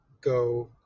go